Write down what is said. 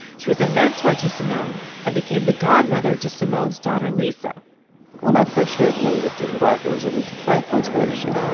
she was a mentor to surmount and became the godmother to simone's daughter, lisa when i first heard young, gifted and black, it was aretha franklin's version.